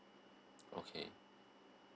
okay